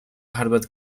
harvard